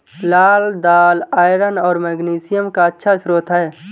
लाल दालआयरन और मैग्नीशियम का अच्छा स्रोत है